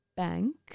Bank